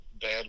bad